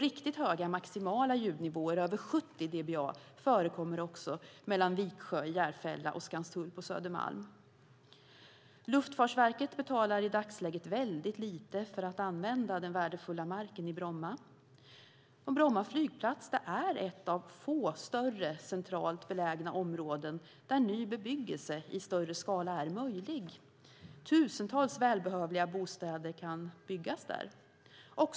Riktigt höga maximala ljudnivåer, över 70 dBA, förekommer också mellan Viksjö i Järfälla och Skanstull på Södermalm. Luftfartsverket betalar i dagsläget lite för att använda den värdefulla marken i Bromma. Bromma flygplats är ett av få större centralt belägna områden där ny bebyggelse i större skala är möjlig. Tusentals välbehövliga bostäder kan byggas där.